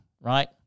right